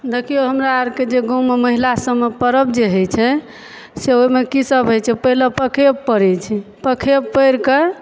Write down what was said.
देखियौ हमरा आरके जे गाँवमे महिला सबमे परव जे होइ छै से ओहिमे की सब होइ छै पहिले पखेब परै छै पखेब परि कऽ